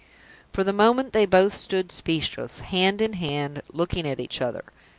for the moment they both stood speechless, hand in hand, looking at each other.